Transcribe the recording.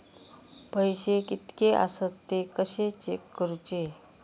पैसे कीतके आसत ते कशे चेक करूचे?